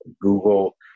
Google